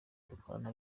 dukorana